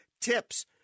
tips